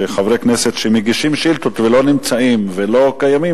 והוא שחברי כנסת שמגישים שאילתות ולא נמצאים ולא קיימים,